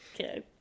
Okay